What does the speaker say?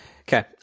okay